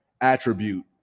attribute